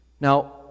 Now